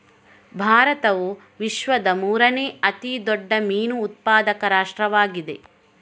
ಭಾರತವು ವಿಶ್ವದ ಮೂರನೇ ಅತಿ ದೊಡ್ಡ ಮೀನು ಉತ್ಪಾದಕ ರಾಷ್ಟ್ರವಾಗಿದೆ